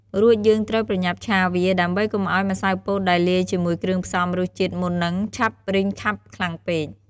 រួចយើងត្រូវប្រញ៉ាប់ឆាវា ដើម្បីកុំឲ្យម្សៅពោតដែលលាយជាមួយគ្រឿងផ្សំរសជាតិមុននឹងឆាប់រីងខាប់ខ្លាំងពេក។